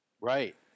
Right